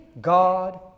God